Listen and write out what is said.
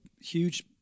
huge